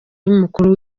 y’umukuru